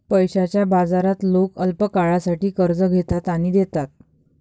पैशाच्या बाजारात लोक अल्पकाळासाठी कर्ज घेतात आणि देतात